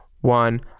one